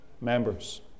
members